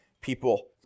people